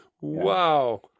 wow